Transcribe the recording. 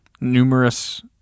Numerous